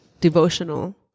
devotional